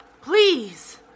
Please